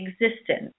existence